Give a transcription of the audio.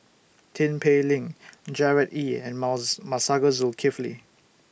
Tin Pei Ling Gerard Ee and mouse Masagos Zulkifli